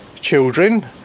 Children